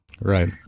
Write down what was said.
Right